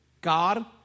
God